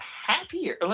Happier